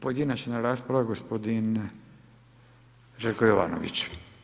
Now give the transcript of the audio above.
Pojedinačna rasprava gospodin Željko Jovanović.